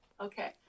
Okay